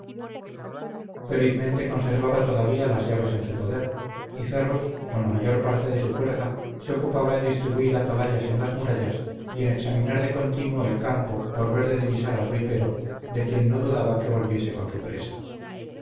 felizmente conservaba todavía las llaves en su poder y ferrus con la mayor parte de su fuerza se ocupaba en distribuir atalayas en las murallas y en examinar de continuo el campo por ver de divisar a rui pero de quien no dudaba que volviese con su presa